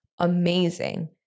amazing